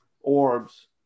orbs